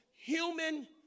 human